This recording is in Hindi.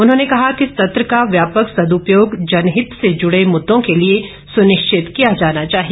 उन्होंने कहा कि सत्र का व्यापक सद्रपयोग जनहित से जुड़े मुद्दों के लिए सुनिश्चित किया जाना चाहिए